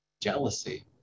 Jealousy